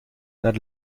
naar